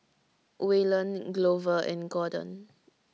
Waylon Glover and Gordon